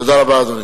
תודה רבה, אדוני.